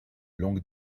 longue